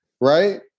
right